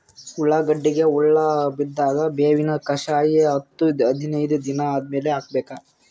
ಉಳ್ಳಾಗಡ್ಡಿಗೆ ಹುಳ ಬಿದ್ದಾಗ ಬೇವಿನ ಕಷಾಯ ಹತ್ತು ಹದಿನೈದ ದಿನ ಆದಮೇಲೆ ಹಾಕಬೇಕ?